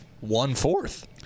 one-fourth